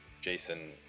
Jason